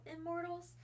Immortals